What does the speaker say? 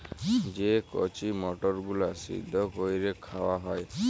যে কঁচি মটরগুলা সিদ্ধ ক্যইরে খাউয়া হ্যয়